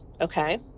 Okay